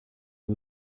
and